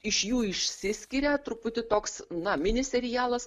iš jų išsiskiria truputį toks na mini serialas